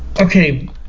Okay